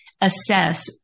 assess